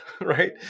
right